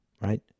right